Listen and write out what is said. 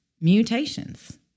Mutations